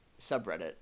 subreddit